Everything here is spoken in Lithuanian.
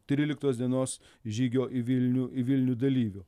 tryliktos dienos žygio į vilnių į vilnių dalyvių